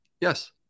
Yes